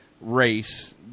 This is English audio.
race